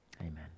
Amen